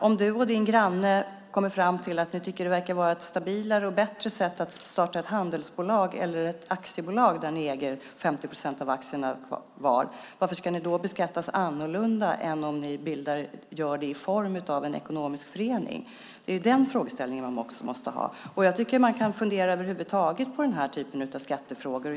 Om du och din granne kommer fram till att det verkar vara ett stabilare och bättre sätt att starta ett handelsbolag eller ett aktiebolag där ni äger 50 procent av aktierna var, varför ska ni då beskattas annorlunda än om ni gör det i form av en ekonomisk förening? Det är den frågeställningen som man också måste ha med. Jag tycker att man kan fundera över huvud taget på den här typen av skattefrågor.